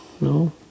No